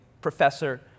professor